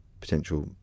potential